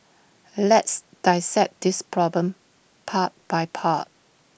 let's dissect this problem part by part